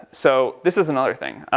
so, this is another thing.